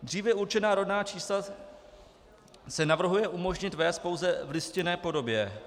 Dříve určená rodná čísla se navrhuje umožnit vést pouze v listinné podobě.